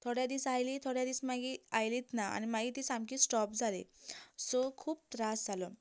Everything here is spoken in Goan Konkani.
थोडे दीस आयली थोडे दीस मागीर आयलीत ना आनी मागीर ती समकीं स्टॉप जाली सो खूब त्रास जालो